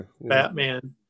Batman